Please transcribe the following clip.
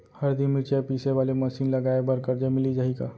हरदी, मिरचा पीसे वाले मशीन लगाए बर करजा मिलिस जाही का?